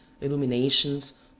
illuminations